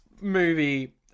movie